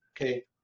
Okay